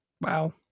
wow